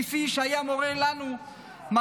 כפי שהיה מורה לנו מרן,